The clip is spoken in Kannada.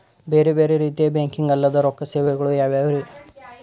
ಬೇರೆ ಬೇರೆ ರೀತಿಯ ಬ್ಯಾಂಕಿಂಗ್ ಅಲ್ಲದ ರೊಕ್ಕ ಸೇವೆಗಳು ಯಾವ್ಯಾವ್ರಿ?